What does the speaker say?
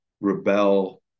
rebel